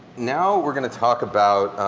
now we're going to talk about